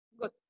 Good